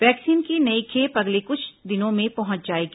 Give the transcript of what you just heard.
vaccine की नई खेप अगले कुछ दिनों में पहुंच जाएगी